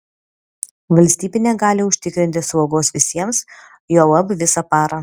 valstybė negali užtikrinti slaugos visiems juolab visą parą